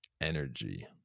energy